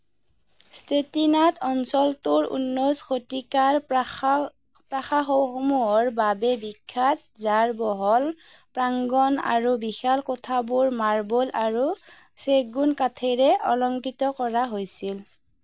চেট্টিনাড অঞ্চলটোৰ ঊনৈছ শতিকাৰ প্ৰাসা প্ৰাসাসমূহৰ বাবে বিখ্যাত যাৰ বহল প্ৰাংগণ আৰু বিশাল কোঠাবোৰ মাৰ্বল আৰু চেগুন কাঠেৰে অলংকৃত কৰা হৈছিল